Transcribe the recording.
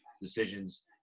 decisions